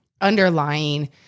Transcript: underlying